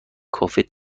کافه